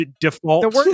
Default